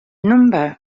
number